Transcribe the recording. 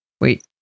Wait